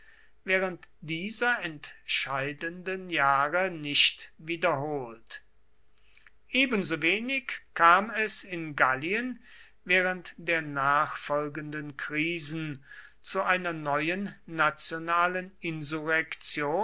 während dieser entscheidenden jahre nicht wiederholt ebensowenig kam es in gallien während der nachfolgenden krisen zu einer neuen nationalen